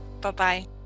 Bye-bye